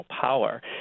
power